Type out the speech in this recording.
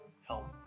help